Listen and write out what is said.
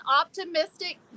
optimistic